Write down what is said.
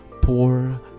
poor